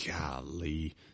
Golly